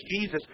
Jesus